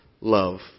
love